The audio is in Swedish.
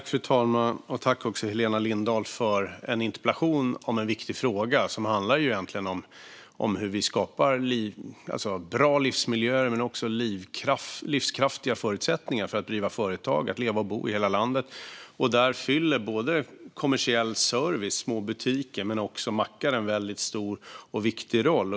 Fru talman! Tack, Helena Lindahl, för en interpellation om en viktig fråga som egentligen handlar om hur vi skapar bra livsmiljöer men också livskraftiga förutsättningar för att driva företag och leva och bo i hela landet. Där fyller kommersiell service som små butiker men också mackar en väldigt stor och viktig roll.